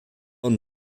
und